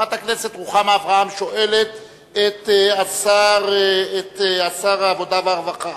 חברת הכנסת רוחמה אברהם שואלת את שר הרווחה,